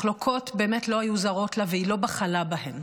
מחלוקות באמת לא היו זרות לה והיא לא בחלה בהן.